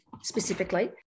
specifically